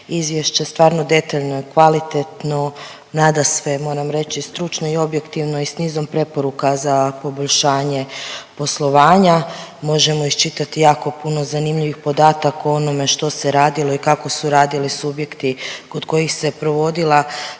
izvješće stvarno detaljno i kvalitetno, nadasve moram reći, stručno i objektivno i s nizom preporuka za poboljšanje poslovanja. Možemo iščitati jako puno zanimljivih podataka o onome što se radilo i kako su radili subjekti kod kojih se provodila